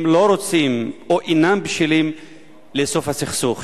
הם לא רוצים או אינם בשלים לסוף הסכסוך.